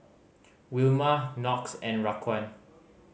Wilma Knox and Raquan